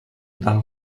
del